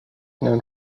known